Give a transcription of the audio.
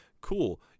Cool